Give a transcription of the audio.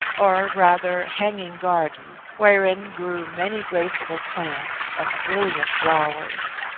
or rather hanging garden, wherein grew many graceful plants and brilliant flowers.